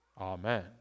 Amen